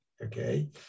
Okay